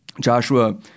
Joshua